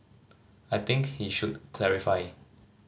I think he should clarify